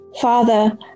father